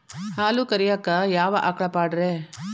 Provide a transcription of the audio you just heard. ಹಾಲು ಕರಿಯಾಕ ಯಾವ ಆಕಳ ಪಾಡ್ರೇ?